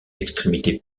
extrémité